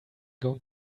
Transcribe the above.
going